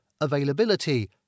availability